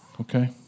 Okay